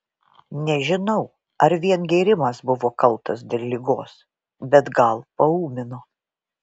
nežinau ar vien gėrimas buvo kaltas dėl ligos bet gal paūmino